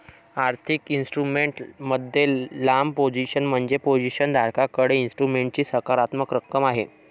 आर्थिक इन्स्ट्रुमेंट मध्ये लांब पोझिशन म्हणजे पोझिशन धारकाकडे इन्स्ट्रुमेंटची सकारात्मक रक्कम आहे